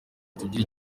tugire